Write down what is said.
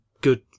good